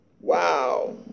Wow